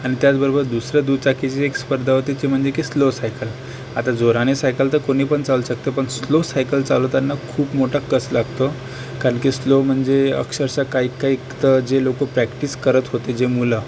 आणि त्याचबरोबर दुसरं दुचाकीची एक स्पर्धा होती ती म्हणजे की स्लो सायकल आता जोराने सायकल तर कोणीपण चालवू शकतं पण स्लो सायकल चालवताना खूप मोठा कस लागतो कारण की स्लो म्हणजे अक्षरशः काही काहीक तर जे लोकं पॅक्टीस करत होते जे मुलं